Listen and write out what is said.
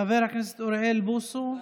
חבר הכנסת אוריאל בוסו.